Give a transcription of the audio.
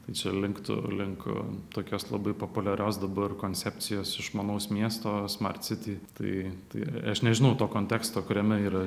tai čia linktų link tokios labai populiarios dabar koncepcijos išmanaus miesto smart siti tai tai aš nežinau to konteksto kuriame yra